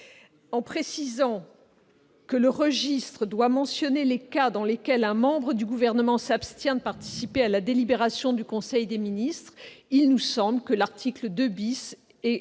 En précisant que le registre doit mentionner les cas dans lesquels un membre du Gouvernement s'abstient de participer à la délibération du conseil des ministres, l'article 2 nous